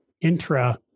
intra